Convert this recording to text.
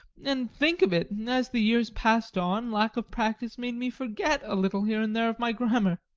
and think of it as the years passed on, lack of practice made me forget a little here and there of my grammar.